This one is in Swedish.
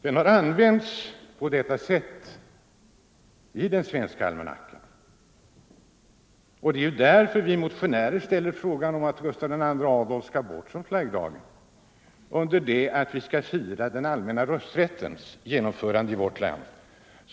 De har använts politiskt i den svenska almanackan. Det är därför som vi motionärer har föreslagit att Gustav II Adolfs dödsdag skall tas bort som flaggdag och att vi i stället skall fira den dag då den allmänna rösträtten genomfördes i vårt land.